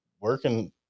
working